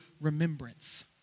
remembrance